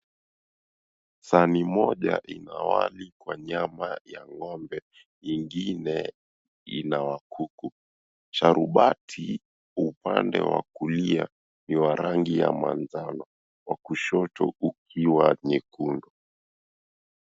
Sahani moja ina wali kwa nyama ya ng'ombe ingine ina kuku. Sharubati upande wa kulia ni wa rangi ya manjano wa kushoto ukiwa nyekundu.